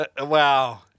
Wow